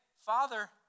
Father